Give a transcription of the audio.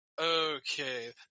Okay